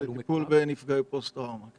...בנושא הטיפול בנפגעי פוסט טראומה.